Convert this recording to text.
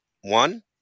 One